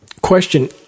Question